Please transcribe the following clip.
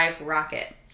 rocket